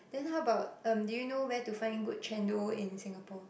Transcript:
then how about um do you know where to find good Chendol in Singapore